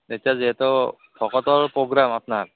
এতিয়া যিহেতু ভকতৰ প্ৰগ্ৰাম আপোনাৰ